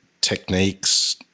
techniques